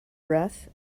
breath